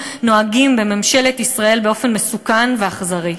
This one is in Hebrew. נוהגים בממשלת ישראל באופן מסוכן ואכזרי.